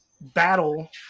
battle